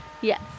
Yes